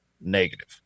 Negative